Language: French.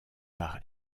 par